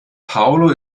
paulo